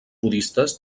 budistes